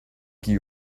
qui